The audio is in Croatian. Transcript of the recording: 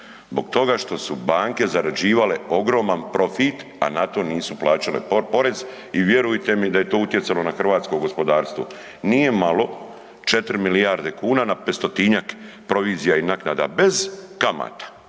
Zbog toga što su banke zarađivale ogroman profit, a na to nisu plaćale porez i vjerujte mi da je to utjecalo na hrvatsko gospodarstvo. Nije malo 4 milijarde kuna na 500-njak provizija i naknada bez kamata.